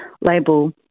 label